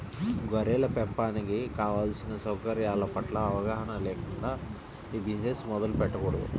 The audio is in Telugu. గొర్రెల పెంపకానికి కావలసిన సౌకర్యాల పట్ల అవగాహన లేకుండా ఈ బిజినెస్ మొదలు పెట్టకూడదు